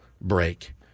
break